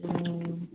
হুম